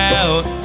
out